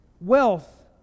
wealth